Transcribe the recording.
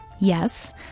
Yes